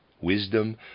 wisdom